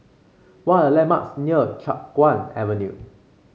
what are the landmarks near Chiap Guan Avenue